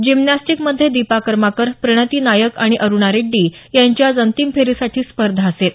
gymnastic मध्ये दीपा कर्माकर प्रणती नायक आणि अरुणा रेड्डी यांची आज अंतिम फेरीसाठी स्पर्धा असेल